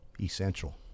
essential